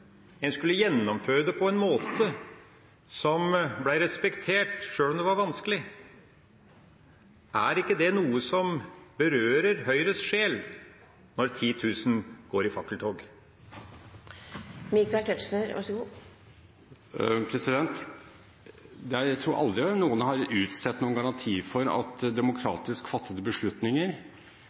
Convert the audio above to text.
En skulle gjennomføre det på en måte som ble respektert sjøl om det var vanskelig. Er ikke det noe som berører Høyres sjel, når 10 000 går i fakkeltog? Jeg tror aldri noen har utstedt noen garanti for at demokratisk fattede beslutninger